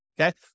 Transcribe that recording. Okay